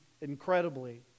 incredibly